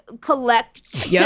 collect